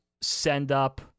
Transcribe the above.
send-up